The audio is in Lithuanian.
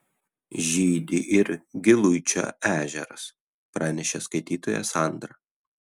žydi ir giluičio ežeras pranešė skaitytoja sandra